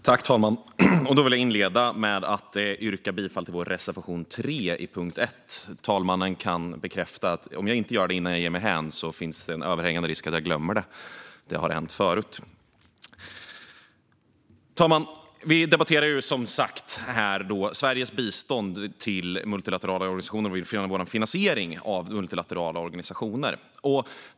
Herr talman! Jag vill inleda med att yrka bifall till vår reservation 3 under punkt 1. Herr talmannen kan bekräfta att om jag inte gör det innan jag ger mig hän finns det en överhängande risk att jag glömmer det. Det har hänt förut. Vi debatterar som sagt Sveriges bistånd till multilaterala organisationer och vår finansiering av multilaterala organisationer.